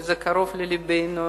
וזה קרוב ללבנו,